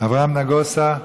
אברהם נגוסה,